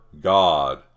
God